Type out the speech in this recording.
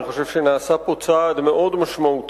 אני חושב שנעשה פה צעד מאוד משמעותי